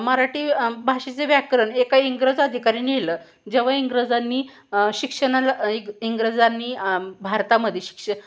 मराठी भाषेचे व्याकरण एका इंग्रज अधिकाऱ्यानीलं जेव्हा इंग्रजांनी शिक्षणाला इग इंग्रजांनी भारतामध्ये शिक्ष